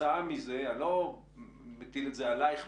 אני לא מטיל את זה עלייך.